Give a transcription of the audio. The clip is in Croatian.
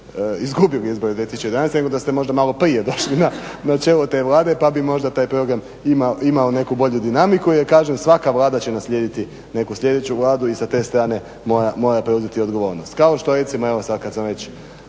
izgubili izbore 2011.nego da ste možda da ste malo prije došli na čelo te vlade pa bi možda taj program imao neku bolju dinamiku jer kažem, svaka vlada će naslijediti neku sljedeću vladu i sa te strane mora preuzeti odgovornost. Kao što recimo evo sada kada sam već